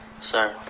Sir